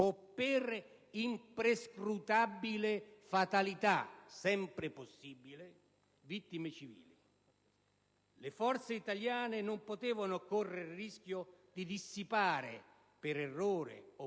o per imperscrutabile fatalità, sempre possibile, vittime civili; le forze italiane non potevano correre il rischio di dissipare, per errore